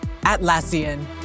Atlassian